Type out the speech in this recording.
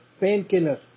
Painkiller